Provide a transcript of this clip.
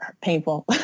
Painful